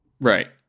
right